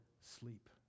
sleep